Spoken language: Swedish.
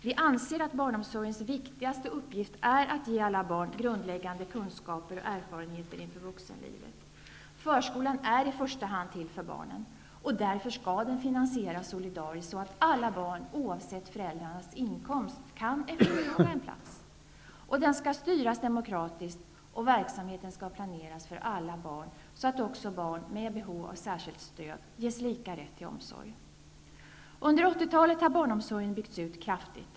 Vi anser att barnomsorgens viktigaste uppgift är att ge alla barn grundläggande kunskaper och erfarenheter inför vuxenlivet. Förskolan är i första hand till för barnen. Därför skall den finansieras solidariskt, så att alla barn oavsett föräldrarnas inkomst kan efterfråga en plats. Förskolan skall styras demokratiskt. Och verksamheten skall planeras för alla barn, så att också barn som har behov av särskilt stöd ges lika rätt till omsorg. Under 80-talet har barnomsorgen byggts ut kraftigt.